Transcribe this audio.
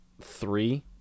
three